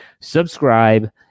subscribe